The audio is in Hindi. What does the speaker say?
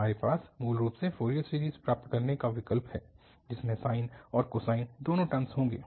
हमारे पास मूल रूप से फ़ोरियर सीरीज़ प्राप्त करने का विकल्प है जिसमें साइन और कोसाइन दोनों टर्मस होंगे